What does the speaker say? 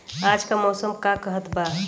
आज क मौसम का कहत बा?